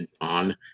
on